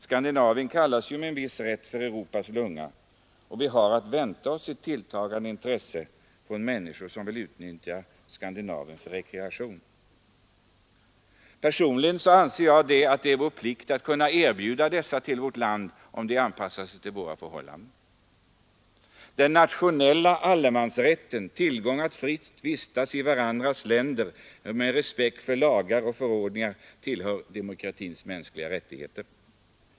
Skandinavien kallas med viss rätt för Europas lunga. Vi har att vänta oss ett tilltagande intresse från människor som vill utnyttja Skandinavien för rekreation. Personligen anser jag att det är vår plikt att kunna inbjuda dessa till vårt land, om de anpassar sig till våra förhållanden. Den nationella allemansrätten — rätten att fritt vistas i varandras länder med respekt för respektive lands lagar och förordningar — tillhör demokratins mänskliga rättigheter.